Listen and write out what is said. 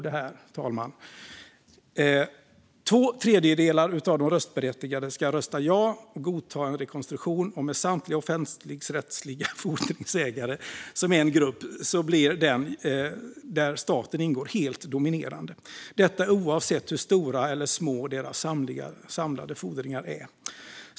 Två tredjedelar av de röstberättigade ska rösta ja till att godta en rekonstruktion. Och med samtliga offentligrättsliga fordringsägare som en grupp där staten ingår blir den helt dominerande - detta oavsett hur stora eller små deras samlade fordringar är.